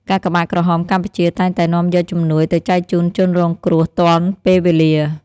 កាកបាទក្រហមកម្ពុជាតែងតែនាំយកជំនួយទៅចែកជូនជនរងគ្រោះទាន់ពេលវេលា។